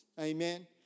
Amen